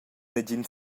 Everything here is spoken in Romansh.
negin